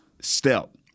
step